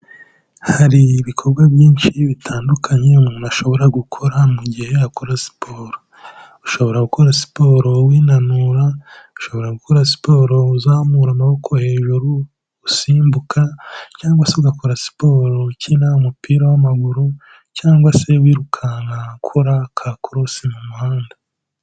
Hari ibikorwa byinshi bitandukanye umuntu ashobora gukora mu gihe akora siporo. Ushobora gukora siporo winanura, ushobora gukora siporo uzamura amaboko hejuru, usimbuka cyangwa se ugakora siporo ukina umupira w'amaguru cyangwa se wirukanka ukora ka korosi mu muhanda.